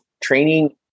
Training